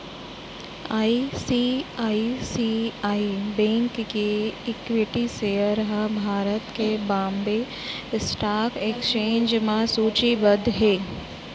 ICICI bank के equity share ह भारत के बांबे स्टॉक एक्सचेंज म सूचीबद्ध हे